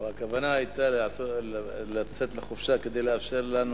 לא, הכוונה היתה לצאת לחופשה כדי לאפשר לנו